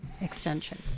Extension